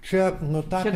čia nutapė